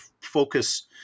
focus